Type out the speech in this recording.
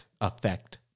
effect